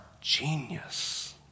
genius